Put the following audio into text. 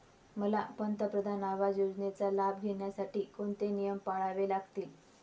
मला पंतप्रधान आवास योजनेचा लाभ घेण्यासाठी कोणते नियम पाळावे लागतील?